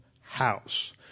house